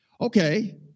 Okay